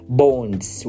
bonds